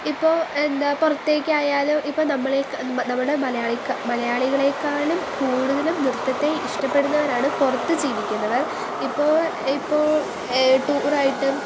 ഇപ്പോൾ എന്താ പുറത്തേക്കായാലും ഇപ്പോൾ നമ്മളെ നമ്മുടെ മലയാളികളേക്കാളും കൂടുതലും നൃത്തത്തെ ഇഷ്ടപ്പെടുന്നവരാണ് പുറത്ത് ജീവിക്കുന്നവർ ഇപ്പോൾ ഇപ്പോൾ ടൂർ ആയിട്ടും